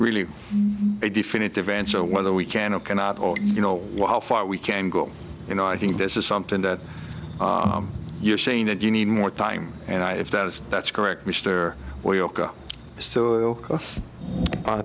really a definitive answer whether we can or cannot or you know how far we can go you know i think this is something that you're saying that you need more time and if that is that's correct mister